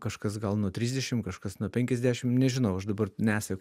kažkas gal nuo trisdešim kažkas nuo penkiasdešim nežinau aš dabar nesek